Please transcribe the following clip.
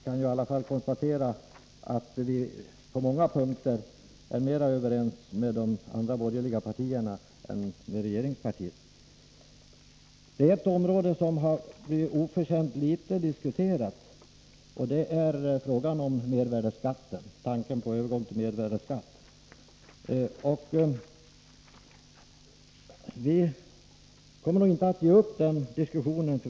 Jag kan dock konstatera att vi på många punkter är mer överens med de andra borgerliga partierna än med regeringspartiet. Ett område har blivit oförtjänt litet diskuterat, nämligen tanken på en övergång till mervärdeskatt. Vi kommer inte att ge upp den diskussionen.